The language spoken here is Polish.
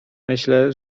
myślę